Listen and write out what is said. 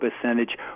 percentage